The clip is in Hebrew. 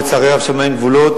לצערי הרב, שם אין גבול.